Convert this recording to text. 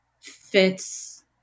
fits